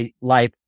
life